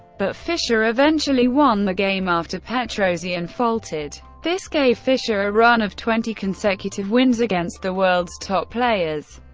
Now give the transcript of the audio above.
but fischer eventually won the game after petrosian faltered. this gave fischer a run of twenty consecutive wins against the world's top players,